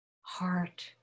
heart